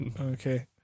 Okay